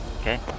Okay